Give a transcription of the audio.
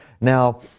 Now